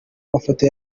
mafoto